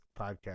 podcast